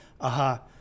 aha